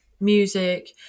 music